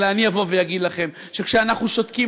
אלא אני אבוא ואגיד לכם שכשאנחנו שותקים